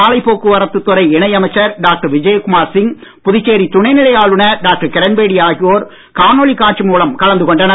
சாலை போக்குவரத்து துறை இணையமைச்சர் டாக்டர் விஜய்குமார் சிங் புதுச்சேரி துணைநிலை ஆளுநர் டாக்டர் கிரண்பேடி ஆகியோர் காணொளி காட்சி மூலம் கலந்து கொண்டனர்